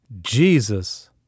Jesus